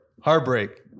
heartbreak